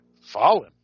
Fallen